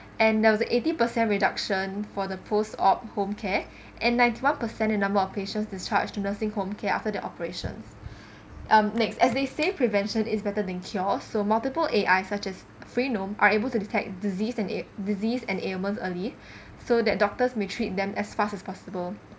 and there was an eighty percent reduction for the post-op home care and ninety one percent in number of patients discharged to nursing home care after their operations um next as they say prevention is better than cure so multiple A_I such as freenome are able to detect disease and disease and ailments early so that doctors may treat them as fast fast as possible